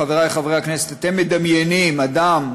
חברי חברי הכנסת: אתם מדמיינים אדם,